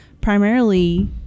primarily